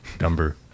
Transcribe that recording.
number